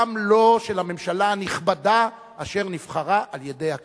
גם לא של הממשלה הנכבדה אשר נבחרה על-ידי הכנסת.